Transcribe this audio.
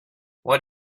what